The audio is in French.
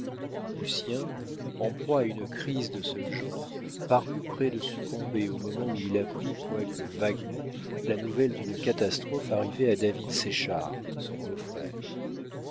lucien en proie à une crise de ce genre parut près de succomber au moment où il apprit quoique vaguement la nouvelle d'une catastrophe arrivée à david séchard son beau-frère